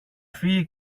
φύγει